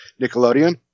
Nickelodeon